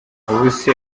ubuse